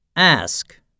Ask